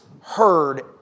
heard